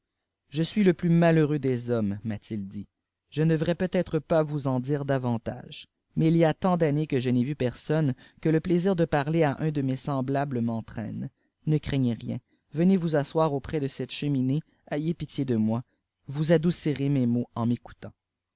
je suis le plus malheureux des hommes m'a-t-il dit je ne devraiseuttre pas vous en dire davantage mais il y a tant d'années aueje n'ai vu personne que le plaisir de parler à un de mes semblables m'entraîne ne craignez rien venez vous asseoir auprès de cette cheminée ayez pitié de moi vous adoucirez mes maux en m'écoutant